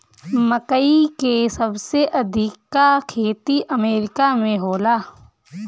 मकई के सबसे अधिका खेती अमेरिका में होला